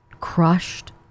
crushed